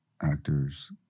actors